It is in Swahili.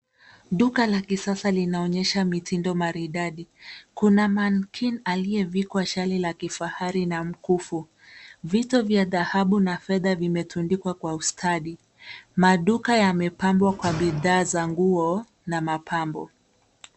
Duka la kisasa linaonyesha mitindo maridadi. Kuna mankini aliyevikwa shali la kifahari na mkufu. Vito vya dhahabu na fedha vimetundikwa kwa ustadi. Maduka yamepambwa kwa bidhaa za nguo na mapambo.